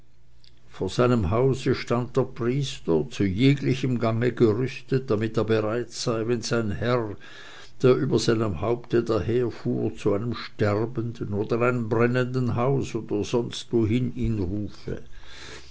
vor seinem hause stand der priester zu jeglichem gange gerüstet damit er bereit sei wenn sein herr der über seinem haupte daherfuhr zu einem sterbenden oder einem brennenden hause oder sonstwohin ihn rufe